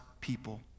people